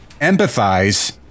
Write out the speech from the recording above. empathize